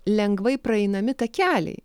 lengvai praeinami takeliai